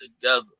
together